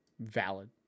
valid